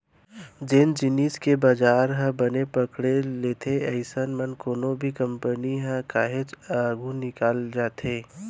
जेन जिनिस के बजार ह बने पकड़े लेथे अइसन म कोनो भी कंपनी ह काहेच आघू निकल जाथे